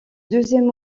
deuxième